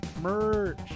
Merch